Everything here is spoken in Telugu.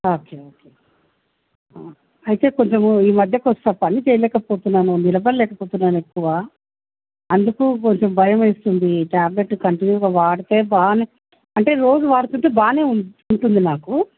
ఓకే ఓకే అయితే కొంచెము ఈ మధ్య కాస్త పని చేయలేకపోతున్నాను నిలబడలేక పోతున్నాను ఎక్కువ అందుకు కొంచెం భయం వేస్తుంది ట్యాబ్లేట్లు కంటిన్యూగా వాడితే బాగా అంటే రోజు వాడుతుంటే బాగా ఉంటుంది నాకు